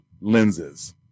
lenses